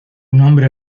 nombre